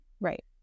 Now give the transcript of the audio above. Right